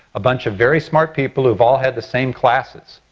a bunch of very smart people who have all had the same classes.